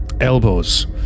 elbows